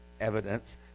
evidence